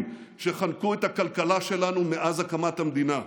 שחנקו את הכלכלה שלנו מאז הקמת המדינה.